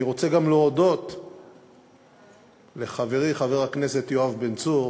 אני רוצה גם להודות לחברי חבר הכנסת יואב בן צור